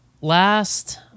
Last